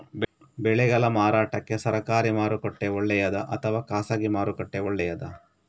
ಬೆಳೆಗಳ ಮಾರಾಟಕ್ಕೆ ಸರಕಾರಿ ಮಾರುಕಟ್ಟೆ ಒಳ್ಳೆಯದಾ ಅಥವಾ ಖಾಸಗಿ ಮಾರುಕಟ್ಟೆ ಒಳ್ಳೆಯದಾ